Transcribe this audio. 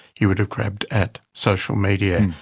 he would have grabbed at social media.